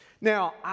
Now